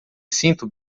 sinto